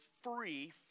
free